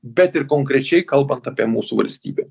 bet ir konkrečiai kalbant apie mūsų valstybę